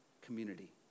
community